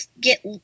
get